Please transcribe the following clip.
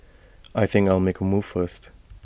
I think I'll make A move first